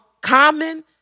Common